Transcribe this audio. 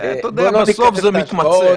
אתה יודע, בסוף זה מתמצע.